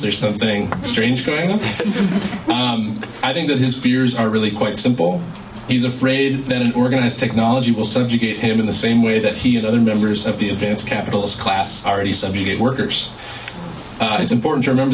there's something strange going on i think that his viewers are really quite simple he's afraid that an organized technology will subjugate him in the same way that he and other members of the advanced capitalist class already subjugate workers